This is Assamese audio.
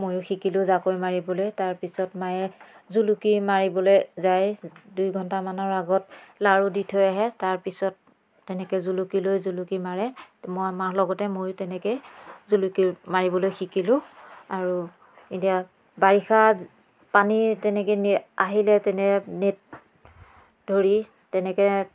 ময়ো শিকিলো জাকৈ মাৰিবলৈ তাৰপিছত মায়ে জুলুকি মাৰিবলৈ যায় দুই ঘণ্টামানৰ আগত লাড়ু দি থৈ আহে তাৰপিছত তেনেকৈ জুলুকি লৈ জুলুকি মাৰে মই মাৰ লগতে ময়ো তেনেকৈয়ে জুলুকি মাৰিবলৈ শিকিলোঁ আৰু এতিয়া বাৰিষা পানী তেনেকৈ নিয়ে আহিলে তেনে নেট ধৰি তেনেকৈ